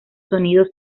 sonidos